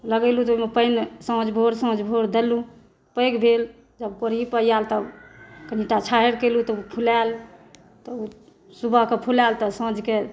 लगेलहुॅं तऽ ओहिमे पानि साँझ भोर साँझ भोर देलहुॅं पैघ भेल तब कोरि पर आयल तब कनिटा छाहैर कएलहुॅं तऽ ओ फुलायल तऽ ओ सुबहके फुलायल तऽ साँझकेॅं